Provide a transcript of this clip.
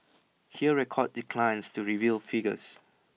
Hear records declines to reveal figures